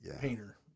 painter